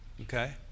Okay